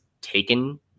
taken